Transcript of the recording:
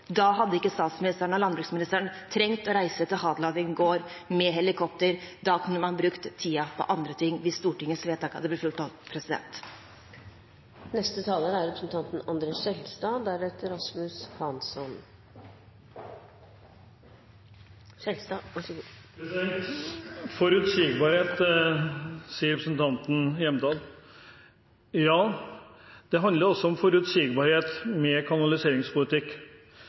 da hadde ikke statsministeren og landbruksministeren trengt å reise til Hadeland i går med helikopter. Da kunne man brukt tiden på andre ting – hvis Stortingets vedtak hadde blitt fulgt opp. Forutsigbarhet, sier representanten Hjemdal. Ja, det handler også om forutsigbarhet med kanaliseringspolitikk. Jeg må si at det er nettopp det